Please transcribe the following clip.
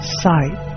sight